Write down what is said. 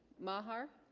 maher